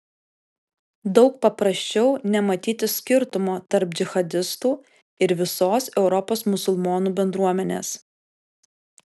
daug paprasčiau nematyti skirtumo tarp džihadistų ir visos europos musulmonų bendruomenės